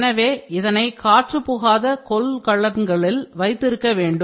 எனவே இதனை காற்றுப்புகாத கொள்கலன்களில் வைத்திருக்க வேண்டும்